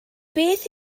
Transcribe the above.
beth